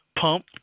pump